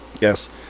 Yes